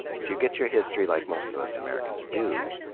if you get your history like most of us americans do,